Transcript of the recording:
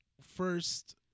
first